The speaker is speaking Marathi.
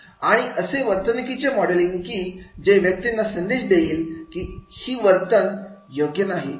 आणि असे वर्तणुकीचे मॉडलिंग की जे व्यक्तींना संदेश देईल की ही वर्तणूक योग्य नाही